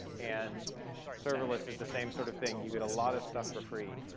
and serverless is the same sort of thing. you get a lot of stuff for free.